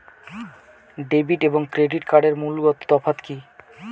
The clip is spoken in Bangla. ডেবিট এবং ক্রেডিট কার্ডের মূলগত তফাত কি কী?